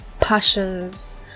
passions